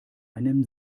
einem